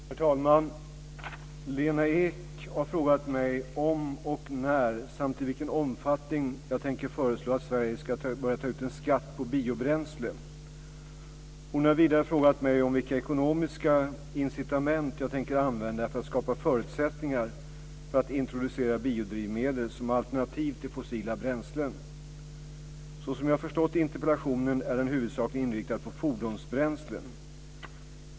Herr talman! Lena Ek har frågat mig om och när samt i vilken omfattning jag tänker föreslå att Sverige ska börja ta ut skatt på biobränsle. Hon har vidare frågat mig om vilka ekonomiska incitament jag tänker använda för att skapa förutsättningar för att introducera biodrivmedel som alternativ till fossila bränslen. Så som jag förstått interpellationen är den huvudsakligen inriktad på fordonsbränslen.